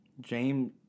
James